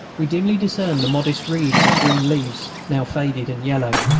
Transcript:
we dimly discerned the modest wreaths of green leaves, now faded and yellow,